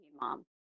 mom